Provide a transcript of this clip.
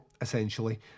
essentially